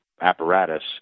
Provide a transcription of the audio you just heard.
apparatus